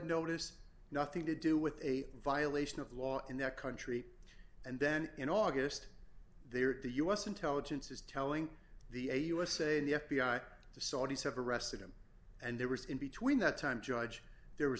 notice nothing to do with a violation of law in that country and then in august there the u s intelligence is telling the a usa and the f b i the saudis have arrested him and there was in between that time judge there was